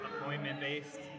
appointment-based